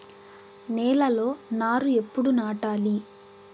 నేలలో నారు ఎప్పుడు నాటాలి?